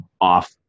off